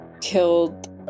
killed